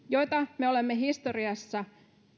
joita me olemme historiassa